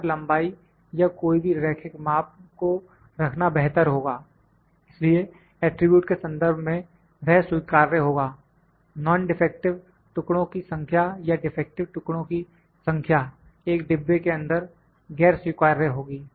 यहां पर लंबाई या कोई भी रेखिक माप को रखना बेहतर होगा इसलिए एट्रिब्यूटस् के संदर्भ में वह स्वीकार्य होगा नॉन डिफेक्टिव टुकड़ों की संख्या या डिफेक्टिव टुकड़ों की संख्या एक डिब्बे के अंदर गैर स्वीकार्य होगी